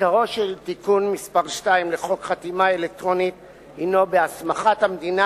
עיקרו של תיקון מס' 2 לחוק חתימה אלקטרונית הינו בהסמכת המדינה